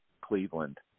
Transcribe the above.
Cleveland